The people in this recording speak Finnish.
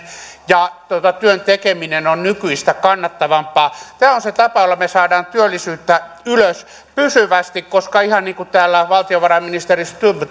ja työn tekeminen ovat nykyistä kannattavampia tämä on se tapa jolla me saamme työllisyyttä ylös pysyvästi koska ihan niin kuin täällä valtiovarainministeri stubb